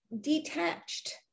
detached